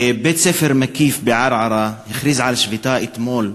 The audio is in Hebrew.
בית-ספר מקיף בערערה הכריז על שביתה אתמול,